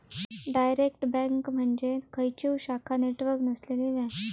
direct bank म्हणजे खंयचीव शाखा नेटवर्क नसलेली बँक